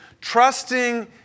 Trusting